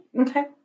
Okay